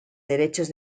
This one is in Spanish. derechos